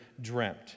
dreamt